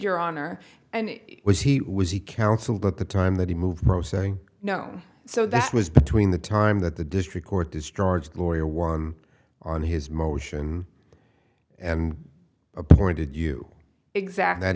your honor and it was he was he counseled at the time that he moved ross saying no so that was between the time that the district court destroyed lawyer one on his motion and appointed you exact